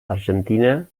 argentina